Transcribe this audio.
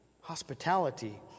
hospitality